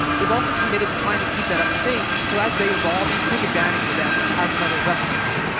they've also committed to trying to keep that up to date. so as they evolve you can take advantage of them as another reference.